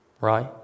Right